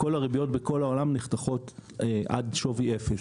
וכל הריביות בכל העולם נחתכות עד שווי אפס.